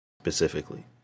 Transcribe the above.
Specifically